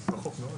בבקשה.